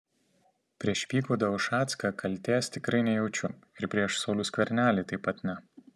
prieš vygaudą ušacką kaltės tikrai nejaučiu ir prieš saulių skvernelį taip pat ne